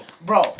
bro